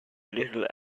little